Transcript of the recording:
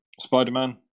Spider-Man